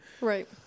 Right